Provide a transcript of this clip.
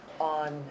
on